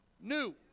new